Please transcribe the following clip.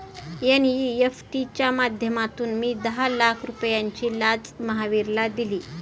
NEFT च्या माध्यमातून मी दहा लाख रुपयांची लाच महावीरला दिली